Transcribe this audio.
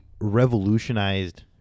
revolutionized